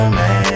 man